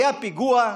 היה פיגוע,